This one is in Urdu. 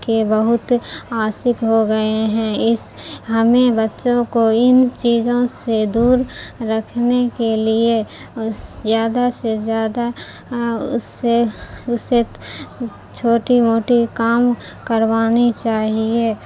کے بہت عاشق ہو گئے ہیں اس ہمیں بچوں کو ان چیزوں سے دور رکھنے کے لیے زیادہ سے زیادہ اس سے اس سے چھوٹی موٹی کام کروانی چاہیے